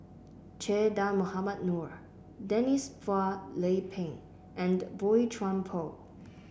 Che Dah Mohamed Noor Denise Phua Lay Peng and Boey Chuan Poh